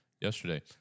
yesterday